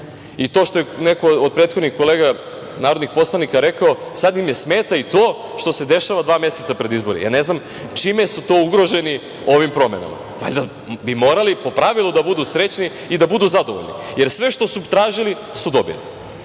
To što je neko od prethodnih kolega narodnih poslanika rekao – sada im smeta i to što se dešava dva meseca pred izbore. Ne znam čime su to ugroženi ovim promenama. Valjda bi morali po pravilu da budu srećni i da budu zadovoljni, jer sve što su tražili su dobili.Međutim,